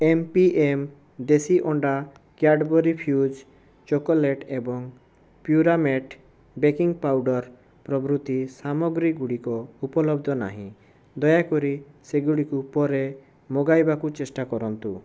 M P M ଦେଶୀ ଅଣ୍ଡା Cadbury Fuse chocolate ଏବଂ ପ୍ୟୁରାମେଟ୍ ବେକିଙ୍ଗ୍ ପାଉଡ଼ର୍ ପ୍ରଭୃତି ସାମଗ୍ରୀଗୁଡ଼ିକ ଉପଲବ୍ଧ ନାହିଁ ଦୟାକରି ସେଗୁଡ଼ିକୁ ପରେ ମଗାଇବାକୁ ଚେଷ୍ଟା କରନ୍ତୁ